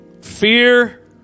Fear